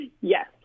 Yes